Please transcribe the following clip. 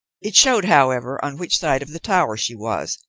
it showed, however, on which side of the tower she was,